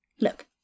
Look